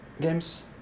games